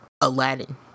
aladdin